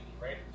right